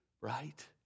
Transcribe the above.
right